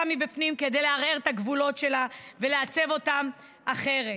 מבפנים כדי לערער את הגבולות שלה ולעצב אותם אחרת?